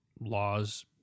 laws